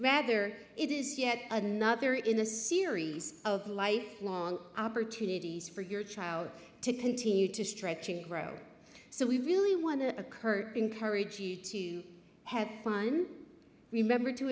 rather it is yet another in a series of life long opportunities for your child to continue to stretch and grow so we really want to occur encourage you to have fun remember to